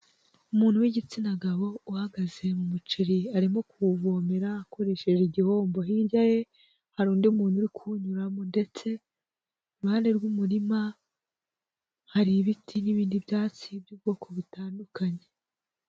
Umuntu w'igitsina gabo uhagaze mu muceri arimo kuwuvomera akoresheje igihombo, hirya ye hari undi muntu uri kuwunyuramo ndetse iruhande rw'umurima hari ibiti n'ibindi byatsi by'ubwoko butandukanye.